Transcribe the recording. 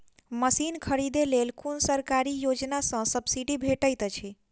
Machine खरीदे लेल कुन सरकारी योजना सऽ सब्सिडी भेटैत अछि?